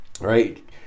Right